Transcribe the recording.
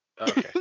Okay